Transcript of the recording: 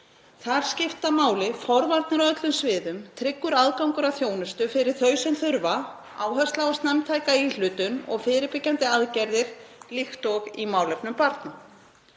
Þar skipta máli forvarnir á öllum sviðum, tryggur aðgangur að þjónustu fyrir þau sem þurfa áherslu á snemmtæka íhlutun og fyrirbyggjandi aðgerðir líkt og í málefnum barna.